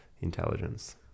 intelligence